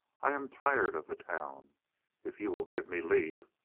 i am tired of the town if you will give me leave,